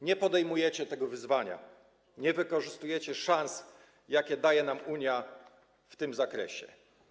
Nie podejmujecie tego wyzwania, nie wykorzystujecie szans, jakie daje nam Unia w tym zakresie.